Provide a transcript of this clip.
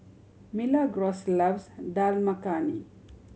Milagros loves Dal Makhani